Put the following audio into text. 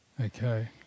Okay